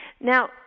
now